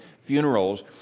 funerals